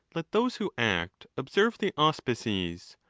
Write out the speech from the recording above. let those who act observe the auspices